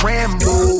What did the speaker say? Rambo